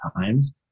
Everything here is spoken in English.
times